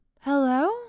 Hello